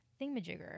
thingamajigger